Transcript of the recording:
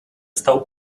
stał